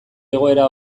egoera